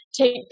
take